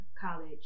college